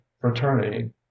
fraternity